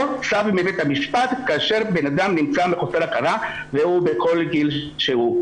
או צו מבית המשפט כאשר בן אדם נמצא מחוסר הכרה והוא בכל גיל שהוא.